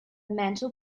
mantle